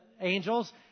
angels